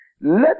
let